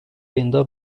ayında